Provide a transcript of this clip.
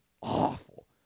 awful